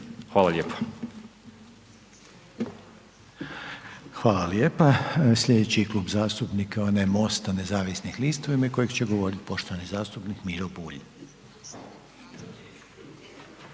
Željko (HDZ)** Hvala lijepa. Slijedeći Klub zastupnika je onaj MOST-a nezavisnih lista u ime koje će govoriti poštovani zastupnik Miro Bulj.